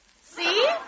See